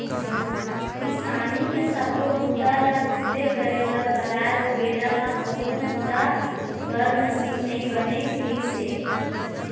किसानी के सब्बो बूता ल खुदे करे बर परय ओ बेरा म कोनो बूता बर मसीन नइ बने रिहिस हे